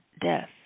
death